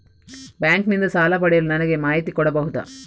Bank ನಿಂದ ಸಾಲ ಪಡೆಯಲು ನನಗೆ ಮಾಹಿತಿ ಕೊಡಬಹುದ?